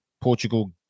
Portugal